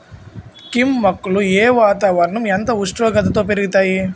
కెమ్ మొక్కలు ఏ వాతావరణం ఎంత ఉష్ణోగ్రతలో పెరుగుతాయి?